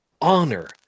honor